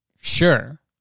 sure